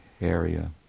area